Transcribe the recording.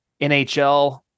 NHL